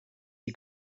die